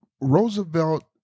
Roosevelt